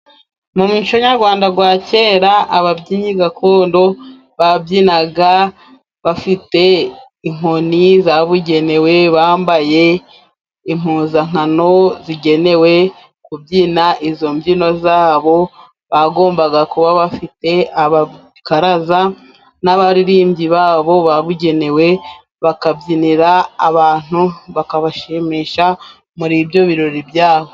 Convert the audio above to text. Mu muco nyarwanda wa kera, ababyinnyi gakondo babyinaga bafite inkoni zabugenewe , bambaye impuzankano zigenewe kubyina izo mbyino zabo, bagombaga kuba bafite abakaraza n'abaririmbyi babo babugenewe, bakabyinira abantu bakabashimisha muri ibyo birori byaho.